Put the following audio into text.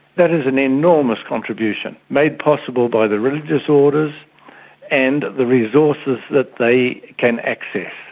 that is an enormous contribution, made possible by the religious orders and the resources that they can access.